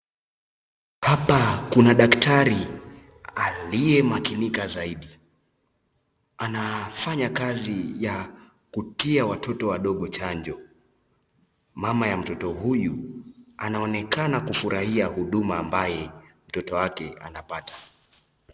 Hapa kuna daktari aliyemakinika zaidi. Anafanya kazi ya kutia watoto wadogo chanjo . Mama ya mtoto huyu anaonekana kufurahia huduma ambaye mtoto wake anapata.